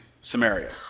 Samaria